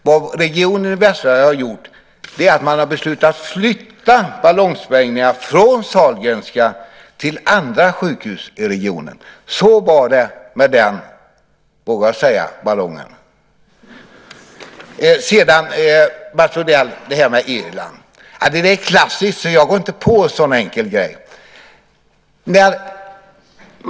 Vad regionen i Västsverige har gjort är att man har beslutat att flytta ballongsprängningarna från Sahlgrenska till andra sjukhus i regionen. Så var det med den "ballongen". Exemplet med Irland är klassiskt, och jag går inte på en sådan enkel grej.